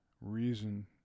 reason